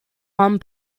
one